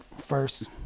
first